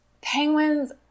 penguins